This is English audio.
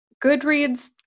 Goodreads